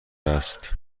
است